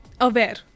Aware